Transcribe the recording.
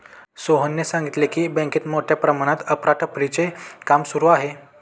सोहनने सांगितले की, बँकेत मोठ्या प्रमाणात अफरातफरीचे काम सुरू आहे